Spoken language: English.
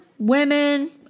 Women